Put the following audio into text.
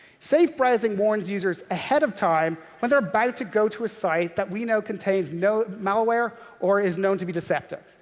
safe browsing warns users ahead of time when they're about to go to a site that we know contains no malware or is known to be deceptive.